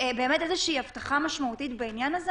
באמת איזושהי הבטחה משמעותית בעניין הזה,